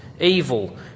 evil